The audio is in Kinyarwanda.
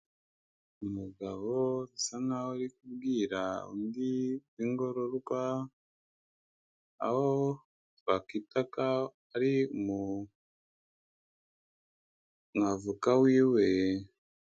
Umugabo usa nkaho uri kubwira undi w'ingororwa aho twakwita ko ari umwavoka wiwe.